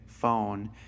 phone